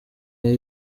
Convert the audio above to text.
iya